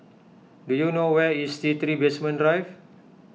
do you know where is T three Basement Drive